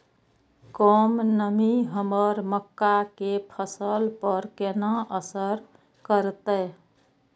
कम नमी हमर मक्का के फसल पर केना असर करतय?